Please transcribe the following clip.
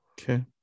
Okay